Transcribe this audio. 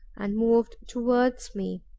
and moved towards me,